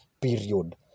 period